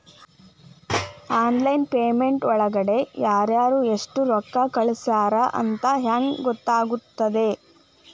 Online payment ಒಳಗಡೆ ಯಾರ್ಯಾರು ಎಷ್ಟು ರೊಕ್ಕ ಕಳಿಸ್ಯಾರ ಅಂತ ಹೆಂಗ್ ಗೊತ್ತಾಗುತ್ತೆ?